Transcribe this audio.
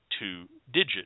two-digit